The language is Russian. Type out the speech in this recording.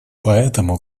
поэтому